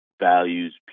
values